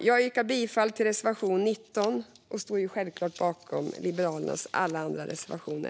Jag yrkar bifall till reservation 19 och står självklart bakom Liberalernas alla övriga reservationer.